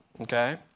Okay